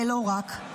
ולא רק?